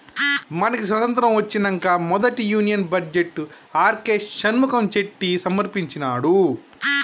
మనకి స్వతంత్రం ఒచ్చినంక మొదటి union budget RK Shanmukham Chetty సమర్పించినాడు